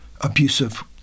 abusive